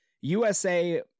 USA